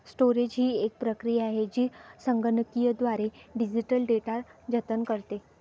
storage ही एक प्रक्रिया आहे जी संगणकीयद्वारे डिजिटल डेटा जतन करते